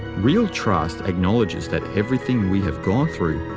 real trust acknowledges that everything we have gone through,